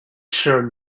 sure